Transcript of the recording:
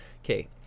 Okay